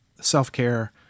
self-care